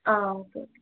ആ okay okay